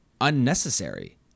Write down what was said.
unnecessary